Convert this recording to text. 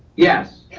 yes.